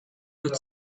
root